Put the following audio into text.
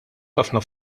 ħafna